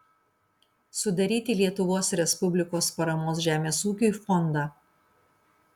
sudaryti lietuvos respublikos paramos žemės ūkiui fondą